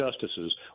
justices